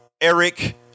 Eric